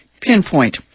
pinpoint